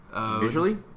Visually